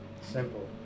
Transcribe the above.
simple